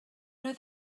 oedd